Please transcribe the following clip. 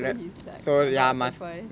so he's like I'm not surprised